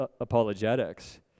apologetics